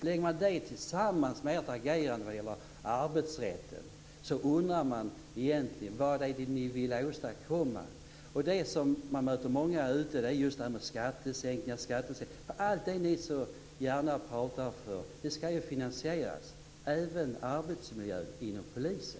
Ställer man det tillsammans med ert agerande vad gäller arbetsrätten undrar man vad det egentligen är ni vill åstadkomma. Det man ofta möter när man är ute är detta med skattesänkningar. Men allt det som ni så gärna pratar för ska ju finansieras. Det gäller även arbetsmiljön inom Polisen.